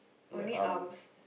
only arms